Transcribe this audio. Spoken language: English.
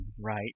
right